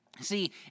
See